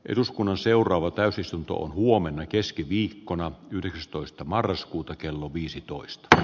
eduskunnan seuraava täysistuntoon huomenna keskiviikkona yhdeksästoista marraskuuta kello viisitoista